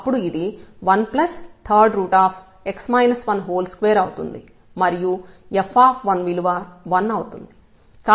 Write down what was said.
అప్పుడు ఇది 13x 12 అవుతుంది మరియు f విలువ 1 అవుతుంది